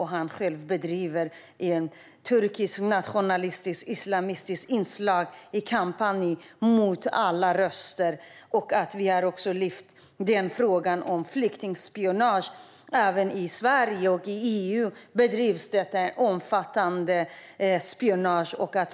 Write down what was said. Han själv bedriver en turkisk nationalistisk kampanj med islamistiska inslag mot alla röster. Vi har också lyft fram frågan om flyktingspionage. I Sverige och EU bedrivs det ett omfattande spionage.